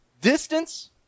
Distance